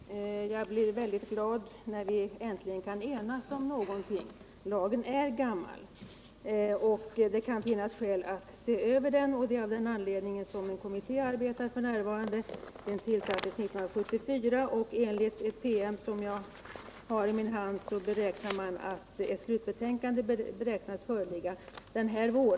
Herr talman! Jag blir mycket glad när vi äntligen kan enas om någonting. Lagen är gammal och det kan finnas skäl att se över den. Just av den anledningen arbetar en kommitté f. n. Den tillsattes 1974, och enligt en PM som jag har i min hand beräknas ett slutbetänkande föreligga denna vår.